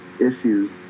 issues